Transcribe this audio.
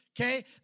okay